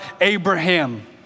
Abraham